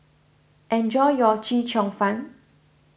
enjoy your Chee Cheong Fun